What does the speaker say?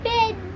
Bed